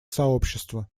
сообщества